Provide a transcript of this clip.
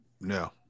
no